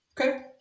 Okay